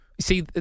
See